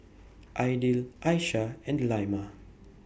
Aidil Aishah and Delima